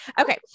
Okay